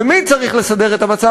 ומי צריך לסדר את המצב?